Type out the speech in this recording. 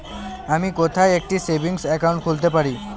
আমি কোথায় একটি সেভিংস অ্যাকাউন্ট খুলতে পারি?